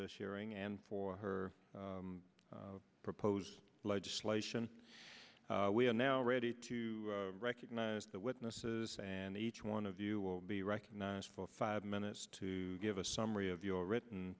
hearing and for her proposed legislation we are now ready to recognize the witnesses and each one of you will be recognized for five minutes to give a summary of your written